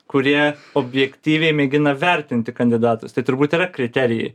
kurie objektyviai mėgina vertinti kandidatus tai turbūt yra kriterijai